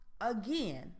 Again